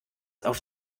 auf